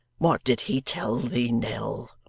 what did he tell thee, nell